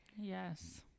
Yes